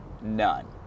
None